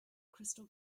crystal